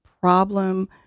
problem